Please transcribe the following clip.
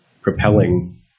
propelling